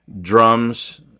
Drums